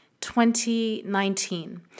2019